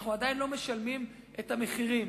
אנחנו עדיין לא משלמים את המחירים.